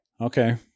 Okay